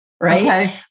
right